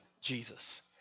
Jesus